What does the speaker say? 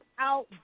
out